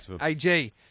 Ag